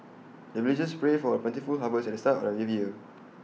the villagers pray for plentiful harvest at the start of every year